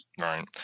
right